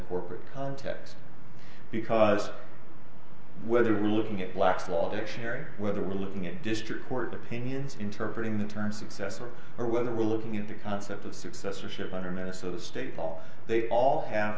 corporate context because whether we're looking at black's law dictionary whether we're looking at district court opinions interpret in the term success or or whether we're looking at the concept of successorship under minnesota state all they all have